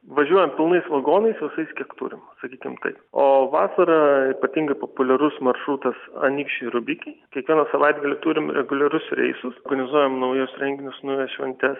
važiuojam pilnais vagonais visais kiek turim sakykim taip o vasarą ypatingai populiarus maršrutas anykščiai rubikiai kiekvieną savaitgalį turim reguliarius reisus organizuojam naujus renginius naujas šventes